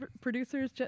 producers